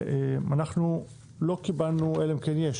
אנחנו לא קיבלנו, אלא אם כן יש